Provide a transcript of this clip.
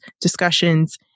discussions